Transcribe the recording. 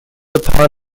upon